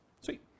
Sweet